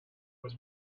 was